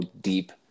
deep